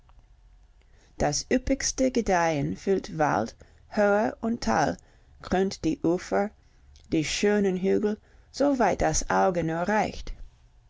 das üppigste gedeihen füllt wald höhe und tal krönt die ufer die schönen hügel so weit das auge nur reicht